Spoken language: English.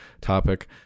topic